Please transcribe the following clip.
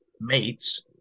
mates